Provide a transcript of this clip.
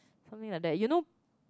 something like that you know